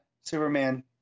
Superman